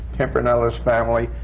pimpernel is family,